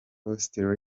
costa